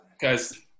Guys